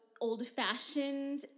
old-fashioned